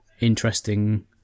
interesting